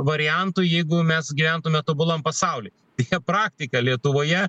variantui jeigu mes gyventume tobulam pasauly tokia praktika lietuvoje